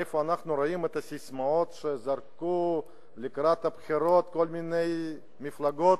איפה הססמאות שזרקו לקראת הבחירות כל מיני מפלגות,